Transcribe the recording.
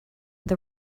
with